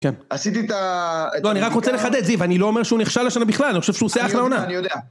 כן. עשיתי את ה... לא, אני רק רוצה לחדד, זיו, אני לא אומר שהוא נכשל לשנה בכלל, אני חושב שהוא עושה אחלה עונה. אני יודע.